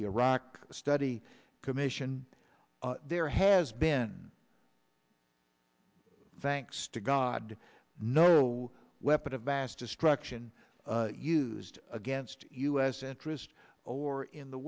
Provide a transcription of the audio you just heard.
the iraq study commission there has been thanks to god no weapon of mass destruction used against u s interest or in the